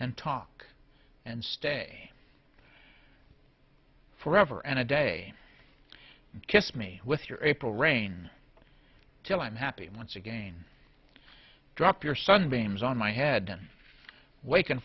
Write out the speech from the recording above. and talk and stay forever and a day kiss me with your april rain till i'm happy once again drop your sunbeams on my head